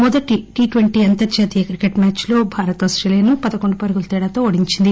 మొదటి T twenty అంతర్జాతీయ cricket మ్యాధ్లు భరత్ ఆస్టేలియాను పదకోండు పరుగుల తేడాతో ఓడించింది